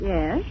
Yes